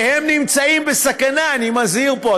והם נמצאים בסכנה, אני מזהיר פה.